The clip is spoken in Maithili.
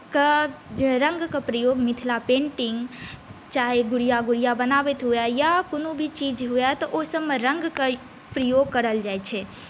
रङ्ग के प्रयोग मिथिला पेन्टिंग चाहे गुड़िया गुड़िया बनाबैत हुए या कोनो भी चीज हुए तऽ ओहि सभमे रङ्गके प्रयोग करल जाइ छै